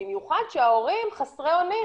ובמיוחד שההורים חסרי אונים.